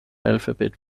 alphabet